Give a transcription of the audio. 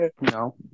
No